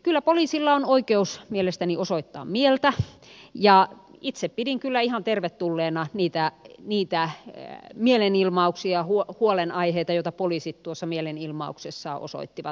kyllä poliisilla on oikeus mielestäni osoittaa mieltä ja itse pidin kyllä ihan tervetulleina niitä mielenilmauksia ja huolenaiheita joita poliisit tuossa mielenilmauksessaan osoittivat